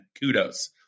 Kudos